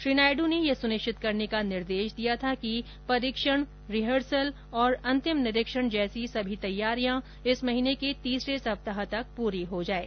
श्री नायडू ने यह सुनिश्चित करने का निर्देश दिया था कि परीक्षण रिहर्सल तथा अंतिम निरीक्षण जैसी सभी तैयारियां इस महीने के तीसरे सप्ताह तक पूरी हो जाएं